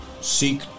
seek